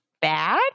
Bad